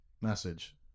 message